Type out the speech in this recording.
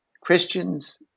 Christians